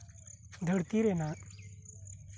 ᱫᱷᱟᱹᱨᱛᱤ ᱨᱮᱱᱟᱜ